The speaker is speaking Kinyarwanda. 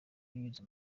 binyuze